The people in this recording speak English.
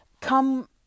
come